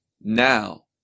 now